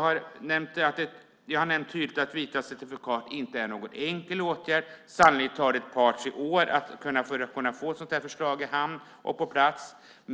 har tydligt nämnt att vita certifikat inte är någon enkel åtgärd. Sannolikt tar det ett par tre år att få ett sådant förslag i hamn och på plats.